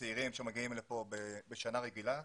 צעירים שמגיעים לכאן בשנה רגילה,